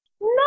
No